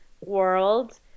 world